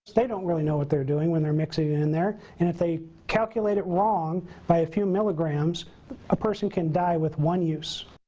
they don't really know what they're doing when they mix it in there and if they calculate it wrong by a few milligrams a person can die with one use.